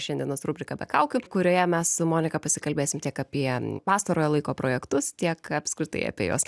šiandienos rubriką be kaukių kurioje mes su monika pasikalbėsim tiek apie pastarojo laiko projektus tiek apskritai apie jos